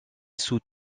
sous